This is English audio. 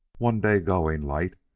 one day going light,